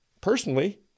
personally